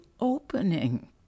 opening